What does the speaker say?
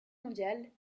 mondiale